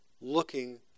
looking